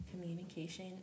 Communication